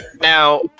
Now